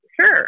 Sure